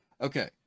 Okay